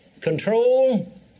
control